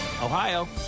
Ohio